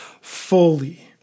fully